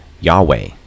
yahweh